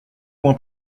point